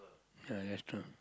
ya that's true